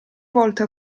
volto